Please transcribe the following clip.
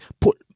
put